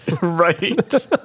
Right